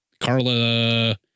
Carla